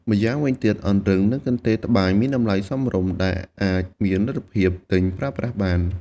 ម្យ៉ាងវិញទៀត អង្រឹងនិងកន្ទេលត្បាញមានតម្លៃសមរម្យ ដែលអាចមានលទ្ធភាពទិញប្រើប្រាស់បាន។